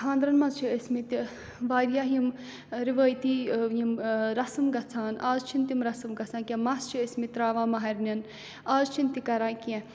خانٛدرَن منٛز چھِ ٲسۍمٕتۍ واریاہ یِم رِوٲیتی یِم رسٕم گَژھان آز چھِنہٕ تِم رسٕم گژھان کیٚنٛہہ مَس چھِ ٲسۍمٕتۍ ترٛاوان مَہرنٮ۪ن آز چھِنہٕ تہِ کَران کیٚنٛہہ